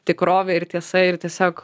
tikrovė ir tiesa ir tiesiog